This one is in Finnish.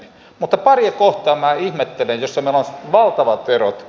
mutta paria kohtaa minä ihmettelen joissa meillä on valtavat erot